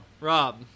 Rob